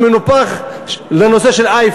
משהו מנופח לאייפון.